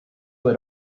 have